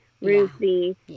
ruthie